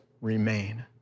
remain